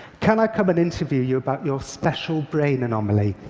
can i come and interview you about your special brain anomaly?